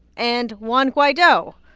and juan guaido,